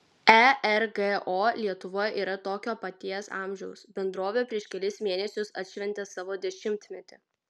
ergo lietuva yra tokio paties amžiaus bendrovė prieš kelis mėnesius atšventė savo dešimtmetį